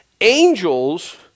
Angels